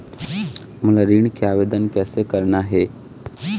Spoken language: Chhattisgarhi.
मोला ऋण के आवेदन कैसे करना हे?